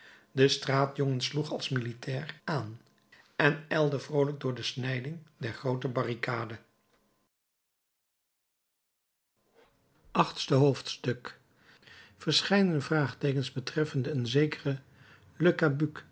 de straatjongen sloeg als militair aan en ijlde vroolijk door de snijding der groote barricade achtste hoofdstuk verscheidene vraagteekens betreffende een zekeren